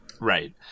Right